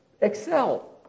excel